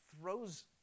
throws